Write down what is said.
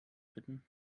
bitten